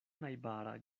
najbara